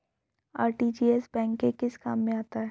RTGS bank के किस काम में आता है?